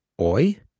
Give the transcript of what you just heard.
OI